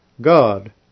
God